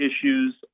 issues